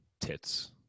Tits